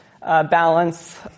balance